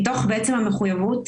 מתוך המחויבות